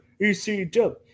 ECW